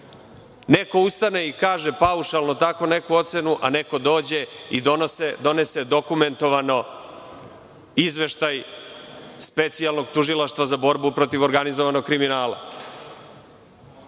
ustane i kaže paušalno tako neku ocenu, a neko dođe i donese dokumentovano izveštaj Specijalnog tužilaštva za borbu protiv organizovanog kriminala.